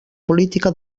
política